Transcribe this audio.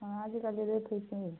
ହଁ ଆଜି କାଲିର ଥୋଇଁସୁ